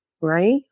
right